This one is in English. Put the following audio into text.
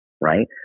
right